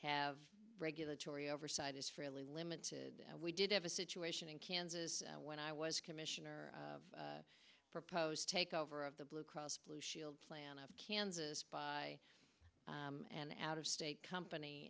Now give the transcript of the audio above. have regulatory oversight is fairly limited we did have a situation in kansas when i was commissioner of a proposed takeover of the blue cross blue shield plan out of kansas by an out of state company